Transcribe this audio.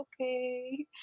okay